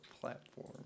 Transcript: platform